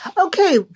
okay